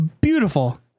Beautiful